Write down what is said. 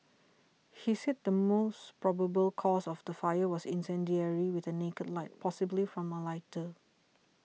he said the most probable cause of the fire was incendiary with a naked light possibly from a lighter